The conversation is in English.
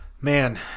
Man